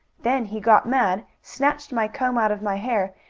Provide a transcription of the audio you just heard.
then he got mad, snatched my comb out of my hair,